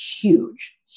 huge